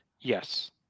yes